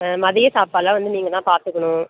ஆ மதிய சாப்பாடெல்லாம் வந்து நீங்கள் தான் பார்த்துக்குணும்